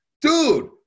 Dude